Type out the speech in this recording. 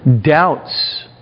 doubts